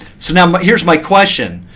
so now here's my question.